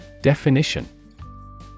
Definition